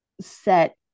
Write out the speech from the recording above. set